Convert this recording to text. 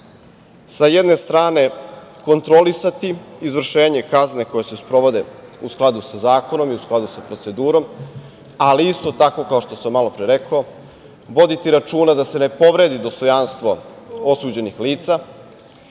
sa jedne strane kontrolisati izvršenje kazne koje se sprovode u skladu sa zakonom i u skladu sa procedurom, ali isto tako kao što sam malopre rekao, voditi računa da se ne povredi dostojanstvo osuđenih lica,